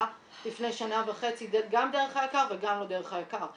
לפני שנה וחצי גם דרך היק"ר וגם לא דרך היק"ר.